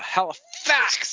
Halifax